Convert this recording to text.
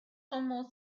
one